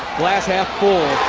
glass half-full.